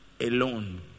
alone